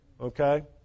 okay